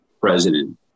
president